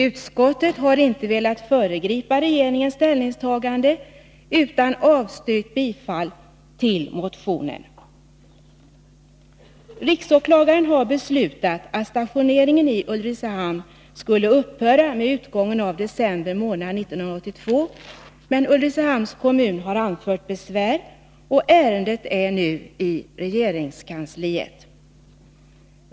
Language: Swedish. Utskottet har inte velat föregripa regeringens ställningstagande, utan avstyrkt bifall till motionen. Riksåklagaren har beslutat att stationeringen i Ulricehamn skall upphöra med utgången av december månad 1982, men Ulricehamns kommun har anfört besvär, och ärendet är nu i regeringskansliet.